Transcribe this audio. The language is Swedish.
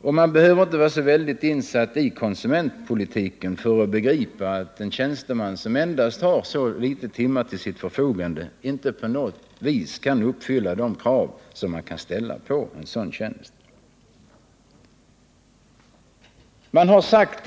Och man behöver inte vara så insatt i konsumentverksamhet för att begripa att en tjänsteman som har så litet antal timmar till sitt förfogande inte på något sätt kan uppfylla de krav som kan ställas på en sådan tjänst.